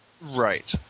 Right